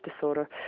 disorder